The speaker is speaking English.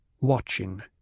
Watching